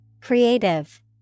Creative